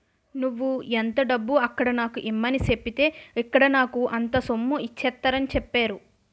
నువ్వు ఎంత డబ్బు అక్కడ నాకు ఇమ్మని సెప్పితే ఇక్కడ నాకు అంత సొమ్ము ఇచ్చేత్తారని చెప్పేరు